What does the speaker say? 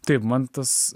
taip man tas